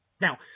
Now